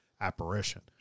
apparition